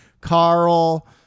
carl